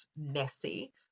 messy